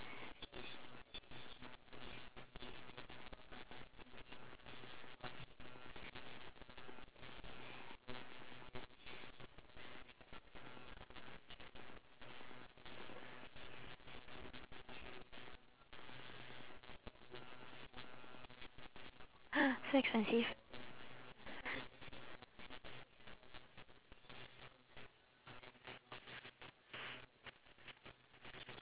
so expensive